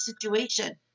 situation